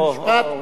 בית-המשפט, זה לא